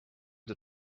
the